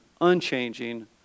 unchanging